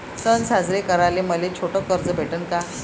सन साजरे कराले मले छोट कर्ज भेटन का?